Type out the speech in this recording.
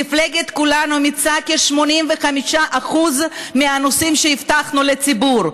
מפלגת כולנו ביצעה כ-85% מהנושאים שהבטחנו לציבור.